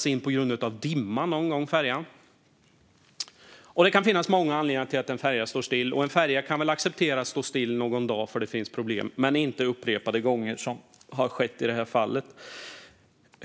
Jag vet att färjan någon gång har ställts in på grund av dimma. Det kan finnas många anledningar till att en färja står still, och det kan väl accepteras att en färja står still någon dag eftersom det finns problem. Men det får inte hända upprepade gånger, vilket har skett i detta fall.